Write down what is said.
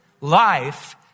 Life